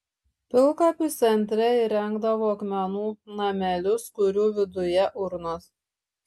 pilkapių centre įrengdavo akmenų namelius kurių viduje urnos